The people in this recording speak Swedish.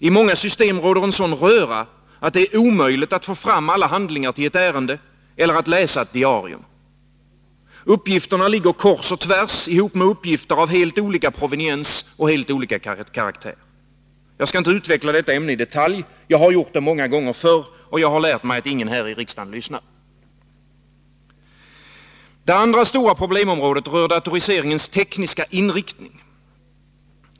I många system råder en sådan röra att det är omöjligt att få fram alla handlingar till ett ärende eller att läsa ett diarium. Uppgifterna ligger kors och tvärs ihop med uppgifter av helt olika proveniens och karaktär. Jag skall inte utveckla detta ämne i detalj. Jag har gjort det många gånger förr, och jag har lärt mig att ingen här i riksdagen lyssnar. Det andra stora problemområdet rör datoriseringens tekniska inriktning.